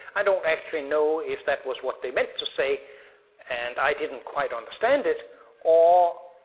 i don't actually know if that was what they meant to say and i didn't quite understand it or.